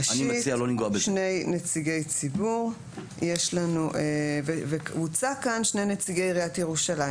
שני נציגי ציבור והוצע כאן שני נציגי עיריית ירושלים.